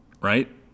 right